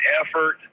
effort